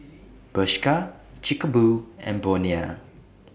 Bershka Chic A Boo and Bonia